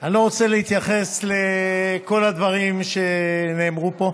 אני לא רוצה להתייחס לכל הדברים שנאמרו פה,